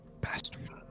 Bastard